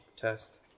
Test